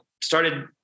started